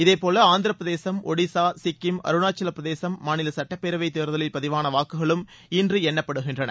இதேபோல் ஆந்திரப்பிரதேசம் ஓடிஷா சிக்கிம் அருணாச்சலப்பிரதேசம் மாநில சுட்டப்பேரவைத் தேர்தலில் பதிவான வாக்குகளும் இன்று எண்ணப்படுகின்றன